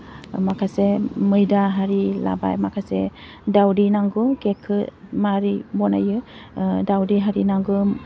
माखासे मैदा हारि लाबाय माखासे दावदै नांगौ केकखौ मारै बनायो दावदै हारि नांगौ